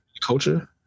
Culture